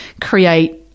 create